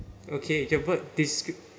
okay you can put discreet